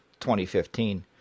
2015